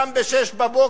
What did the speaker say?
קם ב-06:00,